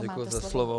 Děkuji za slovo.